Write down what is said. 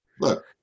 Look